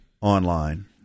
online